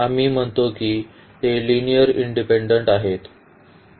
आम्ही म्हणतो की ते लिनिअर्ली इंडिपेन्डेन्ट आहेत